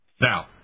Now